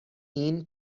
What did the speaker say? این